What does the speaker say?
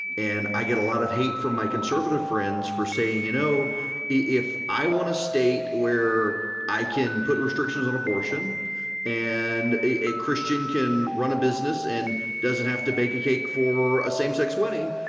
and i get a lot of hate from my conservative friends for saying, you know if i want a state where i can put restrictions on abortion and a a christian can run a business and doesn't have to bake a cake for a same-sex wedding,